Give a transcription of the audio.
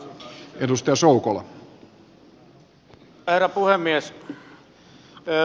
herra puhemies